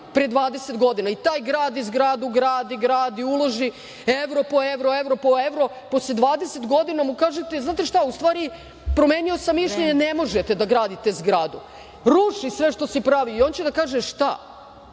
pre 20 godina i taj zgradu gradi, gradi, uloži evro, po evro i posle 20 godina mu kažete - znate šta, u stvari promenio sam mišljenje, ne možete da gradite zgradu, ruši sve što si pravo. I on će da kaže šta?